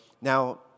Now